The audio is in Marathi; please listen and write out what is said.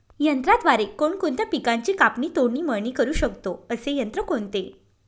यंत्राद्वारे कोणकोणत्या पिकांची कापणी, तोडणी, मळणी करु शकतो, असे यंत्र कोणते?